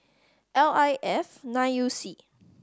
L I F nine U C